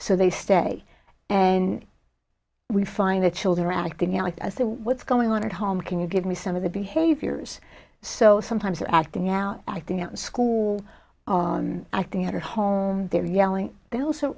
so they stay and we find that children are acting out like i said what's going on at home can you give me some of the behaviors so sometimes acting out acting out in school acting at her home they're yelling they also